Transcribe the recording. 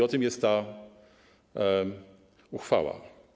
O tym jest ta uchwała.